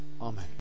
amen